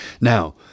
Now